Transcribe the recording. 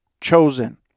chosen